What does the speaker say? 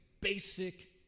basic